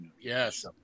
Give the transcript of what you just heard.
Yes